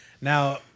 now